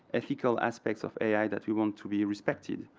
ethical aspects of ai that we want to be respected,